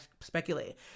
speculate